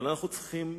אבל אנחנו צריכים,